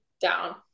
down